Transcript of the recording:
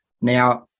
Now